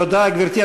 תודה, גברתי.